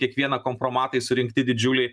kiekvieną kompromatai surinkti didžiuliai